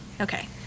Okay